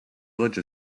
village